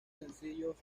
sencillos